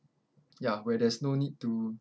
ya where there's no need to